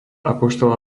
apoštola